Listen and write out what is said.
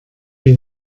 wir